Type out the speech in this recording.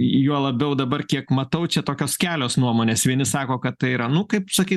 juo labiau dabar kiek matau čia tokios kelios nuomonės vieni sako kad tai yra nu kaip sakyt